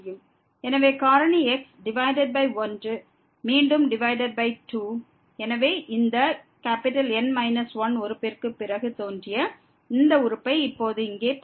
எனவே காரணி x divided by 1 மீண்டும் டிவைடட் பை 2 எனவே இந்த N 1 உறுப்பிற்குப் பிறகு தோன்றிய இந்த உறுப்பை இப்போது இங்கே பார்க்கலாம்